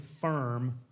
firm